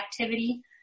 activity